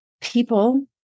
people